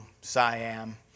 Siam